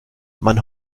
man